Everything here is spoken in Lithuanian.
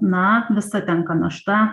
na visa tenka našta